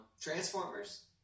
Transformers